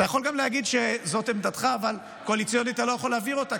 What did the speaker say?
אתה יכול גם להגיד שזאת עמדתך אבל קואליציונית אתה לא יכול להעביר אותה,